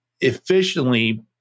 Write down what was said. efficiently